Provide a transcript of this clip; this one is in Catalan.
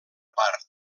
part